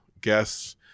guests